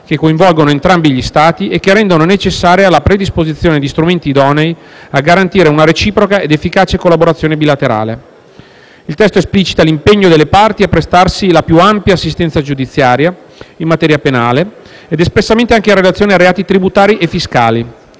che coinvolgono entrambi gli Stati e che rendono necessaria la predisposizione di strumenti idonei a garantire una reciproca ed efficace collaborazione bilaterale. Il testo esplicita l'impegno delle parti a prestarsi la più ampia assistenza giudiziaria in materia penale - ed espressamente anche in relazione a reati tributari e fiscali